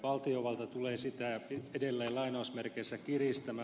valtiovalta tulee sitä edelleen kiristämään